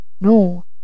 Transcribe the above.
no